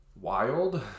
wild